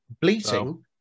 Bleating